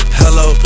hello